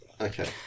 okay